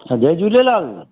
हा जय झूलेलाल